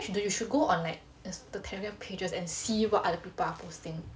you should do you should go on like the telegram pages and see what other people are posting